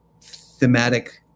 thematic